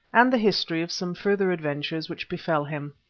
and the history of some further adventures which befell him.